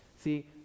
See